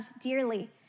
dearly